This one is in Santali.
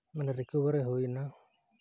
ᱢᱟᱱᱮ ᱨᱤᱠᱳᱵᱷᱟᱨᱤ ᱦᱩᱭᱮᱱᱟ